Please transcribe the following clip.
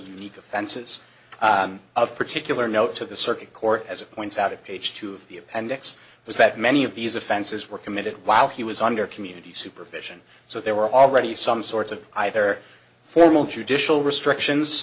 unique offenses of particular note to the circuit court as points out of page two of the appendix was that many of these offenses were committed while he was under community supervision so there were already some sorts of either formal judicial restrictions